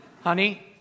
Honey